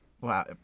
Wow